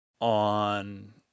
on